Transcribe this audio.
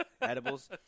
edibles